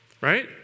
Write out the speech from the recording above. Right